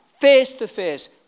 face-to-face